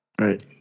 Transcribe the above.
Right